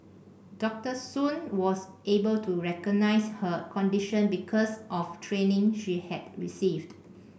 Doctor Soon was able to recognise her condition because of training she had received